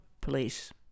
police